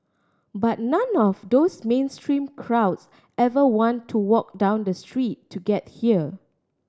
but none of those mainstream crowds ever want to walk down the street to get here